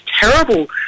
terrible